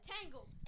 Tangled